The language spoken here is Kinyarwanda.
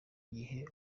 igihe